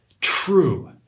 true